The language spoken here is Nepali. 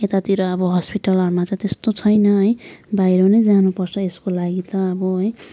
यतातिर अब हस्पिटलहरूमा त त्यस्तो छैन है बाहिर नै जानुपर्छ यसको लागि त अब है